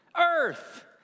earth